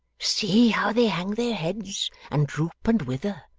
see how they hang their heads, and droop, and wither.